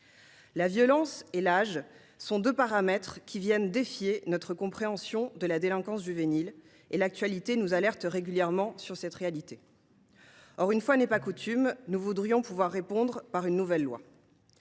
La violence et l’âge sont deux paramètres qui défient notre compréhension de la délinquance juvénile ; l’actualité nous alerte régulièrement sur cette réalité. Or, une fois n’est pas coutume, nous voudrions pouvoir répondre par une nouvelle loi.